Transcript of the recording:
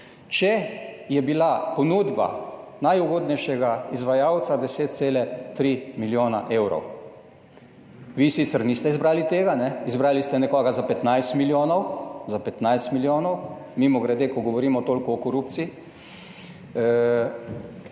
če je bila ponudba najugodnejšega izvajalca 10,3 milijona evrov. Vi sicer niste izbrali tega, izbrali ste nekoga za 15 milijonov – za 15 milijonov, mimogrede, ko govorimo toliko o korupciji